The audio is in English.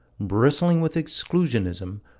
bristling with exclusionism,